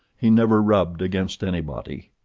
he never rubbed against anybody.